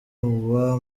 uwa